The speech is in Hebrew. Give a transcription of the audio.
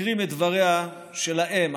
אקריא מדבריה של האם,